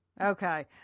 Okay